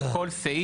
לגבי כל סעיף,